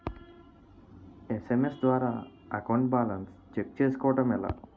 SMS ద్వారా account balance check చేసుకోవటం ఎలా?